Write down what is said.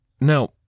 Now